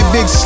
Big